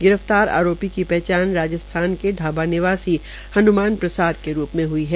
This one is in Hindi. गिरफ्तार आरोपी की पहचान राजस्थान के ढाबा निवासी हन्मान प्रसाद के रूप में ह्ई है